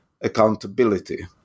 accountability